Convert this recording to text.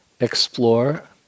explore